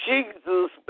Jesus